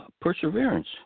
Perseverance